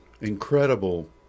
incredible